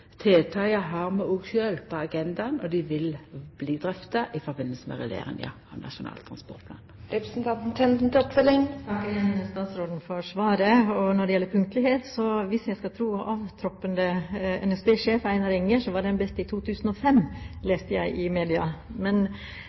har vi òg sjølve på agendaen, og dei vil bli drøfta i samband med rulleringa av Nasjonal transportplan. Jeg takker igjen statsråden for svaret. Når det gjelder punktlighet, var den, hvis en skal tro avtroppende NSB-sjef, Einar Enger, best i 2005, leste jeg i media. Men